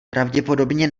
pravděpodobně